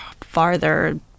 farther